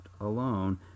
alone